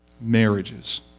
marriages